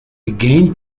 again